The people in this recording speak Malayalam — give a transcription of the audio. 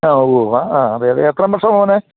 ആ ഉവ്വ് ഉവ്വ് ആ അതേത് എത്രാം വർഷമാണ് മോന്